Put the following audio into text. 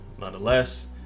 nonetheless